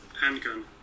handgun